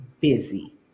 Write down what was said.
busy